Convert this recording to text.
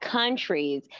countries